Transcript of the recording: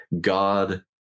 God